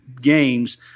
games